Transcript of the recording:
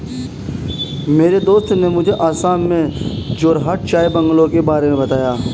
मेरे दोस्त ने मुझे असम में जोरहाट चाय बंगलों के बारे में बताया